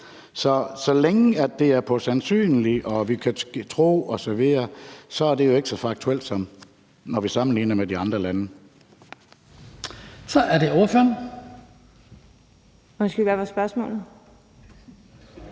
på, hvad der er sandsynligt, hvad vi kan tro osv., er det jo ikke så faktuelt, som når vi sammenligner med de andre lande.